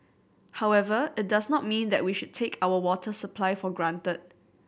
however it does not mean that we should take our water supply for granted